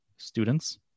students